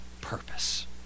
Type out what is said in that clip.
purpose